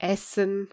Essen